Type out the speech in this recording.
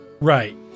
Right